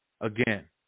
again